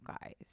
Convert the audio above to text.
guys